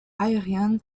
aérienne